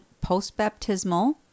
post-baptismal